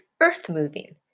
earth-moving